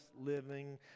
living